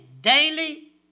daily